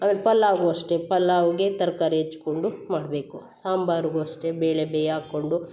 ಆಮೇಲೆ ಪಲಾವ್ಗು ಅಷ್ಟೆ ಪಲಾವ್ಗೆ ತರಕಾರಿ ಹೆಚ್ಕೊಂಡು ಮಾಡಬೇಕು ಸಾಂಬಾರಿಗೂ ಅಷ್ಟೆ ಬೇಳೆ ಬೇಯಿಸ್ಕೊಂಡು